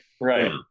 Right